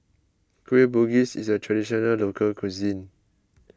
Kueh Bugis is a Traditional Local Cuisine